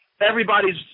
everybody's